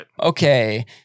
okay